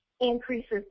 increases